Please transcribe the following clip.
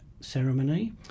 ceremony